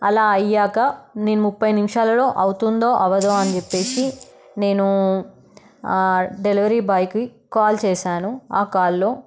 అలా అయ్యాక నేను ముప్పై నిమిషాలలో అవుతుందో అవ్వదో అని చెప్పి నేనూ డెలివరీ బాయ్కి కాల్ చేశాను ఆ కాల్లో